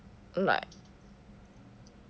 like